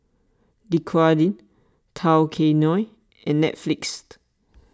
Dequadin Tao Kae Noi and Netflix